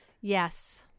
Yes